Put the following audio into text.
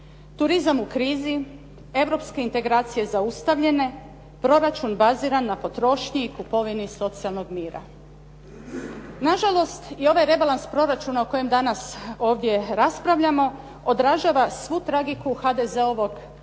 turizam u krizi, europske integracije zaustavljene, proračun baziran na potrošnji i kupovini socijalnog mira. Nažalost, i ovaj rebalans proračuna o kojem danas ovdje raspravljamo odražava svu tragiku HDZ-ovog vladanja